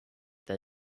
that